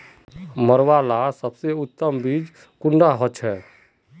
मरुआ लार सबसे उत्तम बीज कुंडा होचए?